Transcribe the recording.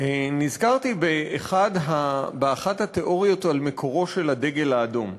נזכרתי באחת התיאוריות על מקורו של הדגל האדום.